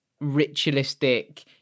ritualistic